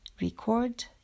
Record